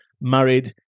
married